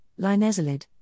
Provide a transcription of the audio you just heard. linezolid